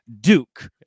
Duke